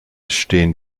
stehen